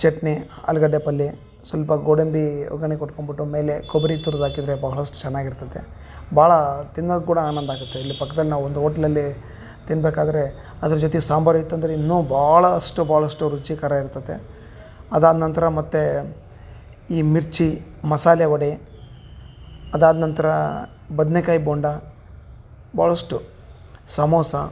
ಚಟ್ನಿ ಆಲುಗಡ್ಡೆ ಪಲ್ಯೆ ಸ್ವಲ್ಪ ಗೋಡಂಬಿ ಒಗ್ಗರಣೆ ಕೊಟ್ಕೊಂಡ್ಬುಟ್ಟು ಮೇಲೆ ಕೊಬ್ಬರಿ ತುರಿದು ಹಾಕಿದ್ರೆ ಬಹಳಷ್ಟು ಚೆನ್ನಾಗ್ ಇರ್ತದೆ ಭಾಳ ತಿನ್ನೋಕ್ ಕೂಡ ಆನಂದ ಆಗುತ್ತೆ ಇಲ್ಲಿ ಪಕ್ಕದಲ್ಲಿ ನಾವು ಒಂದು ಹೋಟ್ಲಲ್ಲಿ ತಿನ್ನಬೇಕಾದ್ರೆ ಅದ್ರ ಜೊತೆ ಸಾಂಬಾರು ಇತ್ತಂದರೆ ಇನ್ನು ಭಾಳಷ್ಟು ಭಾಳಷ್ಟು ರುಚಿಕರ ಇರ್ತದೆ ಅದು ಆದನಂತ್ರ ಮತ್ತು ಈ ಮಿರ್ಚಿ ಮಸಾಲೆ ವಡೆ ಅದು ಆದನಂತ್ರ ಬದನೆಕಾಯ್ ಬೋಂಡ ಭಾಳಷ್ಟು ಸಮೋಸ